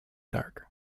dark